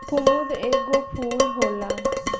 कुमुद एगो फूल होला